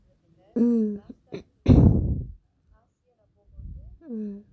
mm mm